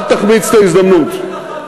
אל תחמיץ את ההזדמנות.